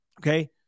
Okay